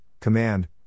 command